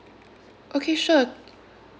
okay sure